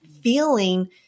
feeling